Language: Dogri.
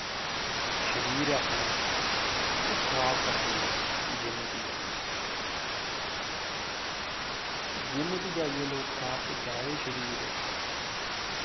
शरीर अपना ओह् खराब करा दे लोग जिम्म च जाईयै जिम्म च जाइयै खराब ते करा दे शरीर